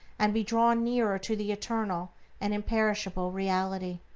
and be drawn nearer to the eternal and imperishable reality.